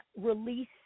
release